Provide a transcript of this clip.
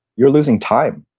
you're losing time.